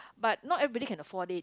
but not everybody can afford it